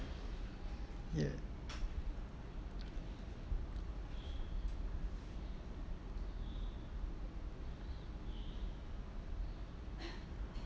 ya